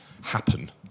happen